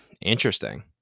Interesting